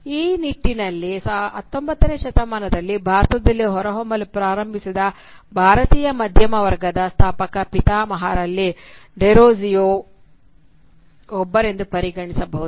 ಆ ನಿಟ್ಟಿನಲ್ಲಿ 19 ನೇ ಶತಮಾನದಲ್ಲಿ ಭಾರತದಲ್ಲಿ ಹೊರಹೊಮ್ಮಲು ಪ್ರಾರಂಭಿಸಿದ ಭಾರತೀಯ ಮಧ್ಯಮ ವರ್ಗದ ಸ್ಥಾಪಕ ಪಿತಾಮಹರಲ್ಲಿ ಡೆರೋಜಿಯೊ ಒಬ್ಬರೆಂದು ಪರಿಗಣಿಸಬಹುದು